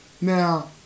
Now